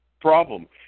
problem